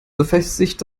befestigt